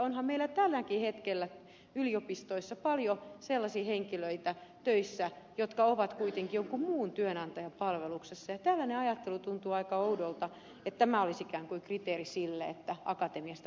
onhan meillä tälläkin hetkellä yliopistoissa paljon sellaisia henkilöitä töissä jotka ovat kuitenkin jonkun muun työnantajan palveluksessa ja tällainen ajattelu tuntuu aika oudolta että tämä olisi ikään kuin kriteeri sille että akatemiasta pitäisi luopua